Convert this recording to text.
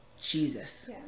Jesus